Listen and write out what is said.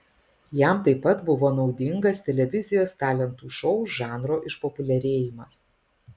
jam taip pat buvo naudingas televizijos talentų šou žanro išpopuliarėjimas